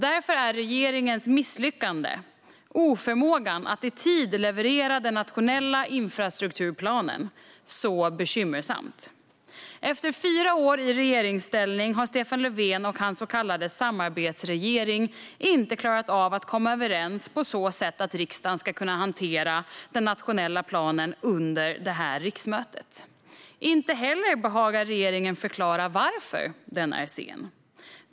Därför är regeringens misslyckande - oförmågan att i tid leverera den nationella infrastrukturplanen - bekymmersamt. Efter fyra år i regeringsställning har Stefan Löfven och hans så kallade samarbetsregering inte klarat av att komma överens på så sätt att riksdagen kan hantera den nationella planen under detta riksmöte. Inte heller behagar regeringen förklara varför den är sen.